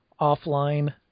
offline